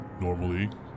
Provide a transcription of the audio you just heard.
Normally